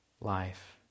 life